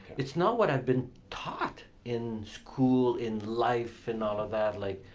it's not what i've been taught in school, in life and all of that, like,